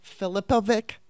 Filipovic